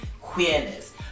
queerness